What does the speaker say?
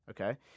Okay